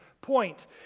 point